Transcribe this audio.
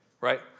right